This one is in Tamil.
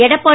எடப்பாடி